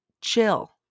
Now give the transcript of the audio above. Chill